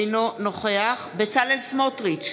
אינו נוכח בצלאל סמוטריץ'